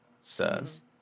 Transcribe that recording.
says